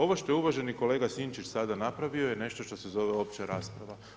Ovo što je uvaženi kolega Sinčić sada napravio je nešto što se zove opća rasprava.